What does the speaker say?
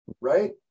right